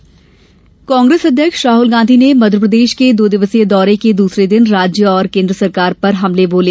राहुल गाँधी कांग्रेस अध्यक्ष राहुल गांधी ने मध्यप्रदेश के दो दिवसीय दौरे के दूसरे दिन राज्य और केन्द्र सरकार पर हमले बोले